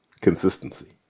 consistency